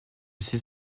ces